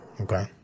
Okay